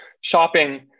shopping